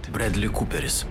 bredli kuperis